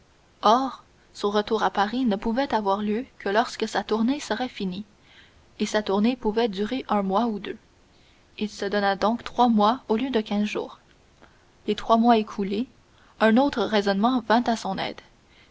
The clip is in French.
or son retour à paris ne pouvait avoir lieu que lorsque sa tournée serait finie et sa tournée pouvait durer un mois ou deux il se donna donc trois mois au lieu de quinze jours les trois mois écoulés un autre raisonnement vint à son aide